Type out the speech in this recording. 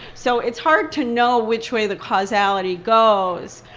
so it's hard to know which way the causality goes,